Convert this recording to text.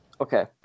Okay